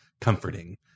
comforting